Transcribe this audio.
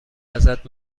ازت